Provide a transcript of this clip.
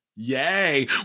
Yay